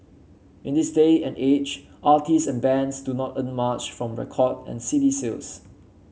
in this day and age artist and bands do not earn much from record and C D sales